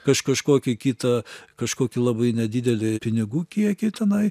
kaž kažkokį kitą kažkokį labai nedidelį pinigų kiekį tenai